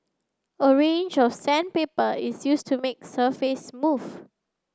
a range of sandpaper is used to make surface smooth